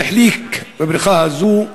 והחליק בבריכה הזאת,